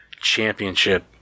Championship